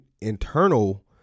internal